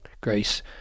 grace